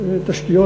התשתיות,